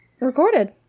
recorded